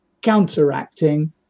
counteracting